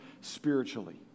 spiritually